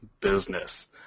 business